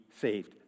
saved